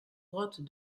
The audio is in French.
grottes